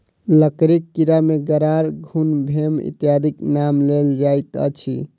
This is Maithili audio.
लकड़ीक कीड़ा मे गरार, घुन, भेम इत्यादिक नाम लेल जाइत अछि